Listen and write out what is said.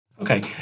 Okay